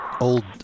old